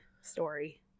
story